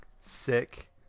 Sick